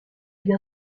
bien